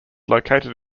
located